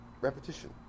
Repetition